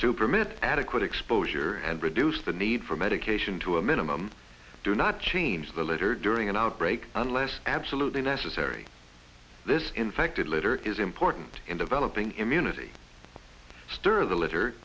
to permit adequate exposure and reduce the need for medication to a minimum do not change the litter during an outbreak unless absolutely necessary this infected litter is important in developing immunity stir the litter